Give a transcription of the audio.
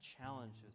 challenges